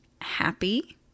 happy